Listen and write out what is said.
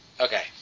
Okay